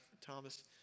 Thomas